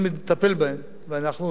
אנחנו עושים כמיטב יכולתנו.